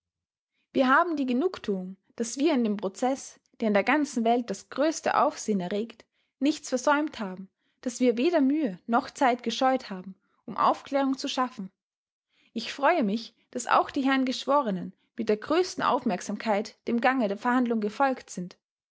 wir haben die genugtuung daß wir in dem prozeß der in der ganzen welt das größte aufsehen erregt nichts versäumt haben daß wir weder mühe noch zeit gescheut haben um aufklärung zu schaffen ich freue mich daß auch die herren geschworenen mit der größten aufmerksamkeit dem gange der verhandlung gefolgt sind